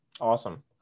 awesome